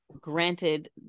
granted